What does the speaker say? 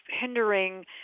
hindering